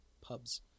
Pubs